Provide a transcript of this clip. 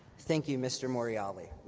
thank you mr. morreale.